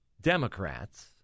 Democrats